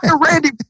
Randy